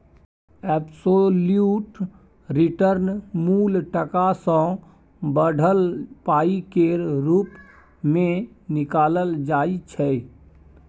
absolute return मुल टका सँ बढ़ल पाइ केर रुप मे निकालल जाइ छै